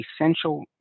essential